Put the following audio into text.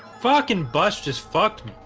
fucking bus just fucked